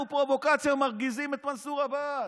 אנחנו פרובוקציה, מרגיזים את מנסור עבאס,